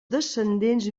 descendents